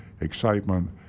excitement